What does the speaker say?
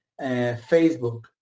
Facebook